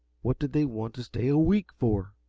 what did they want to stay a week for?